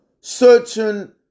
certain